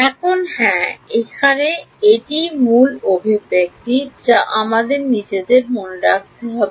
এখন হ্যাঁ এখানে এটিই মূল অভিব্যক্তি যা আমাদের নিজের মনে রাখতে হবে